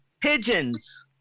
Pigeons